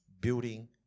building